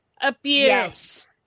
abuse